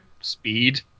speed